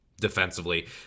defensively